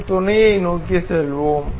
நாம் துணையை நோக்கி செல்வோம்